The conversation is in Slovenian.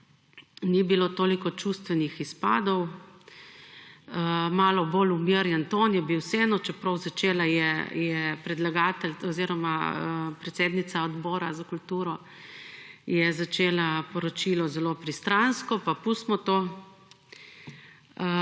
ni bilo toliko čustvenih izpadov, malo bolj umirjen ton je bil vseeno, čeprav začela je predsednica odbora za kulturo je začela poročilo zelo pristransko. Pa pustimo to.